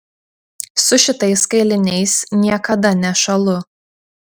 su šitais kailiniais niekada nešąlu